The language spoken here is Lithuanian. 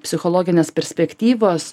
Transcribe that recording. psichologinės perspektyvas